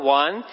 one